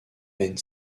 and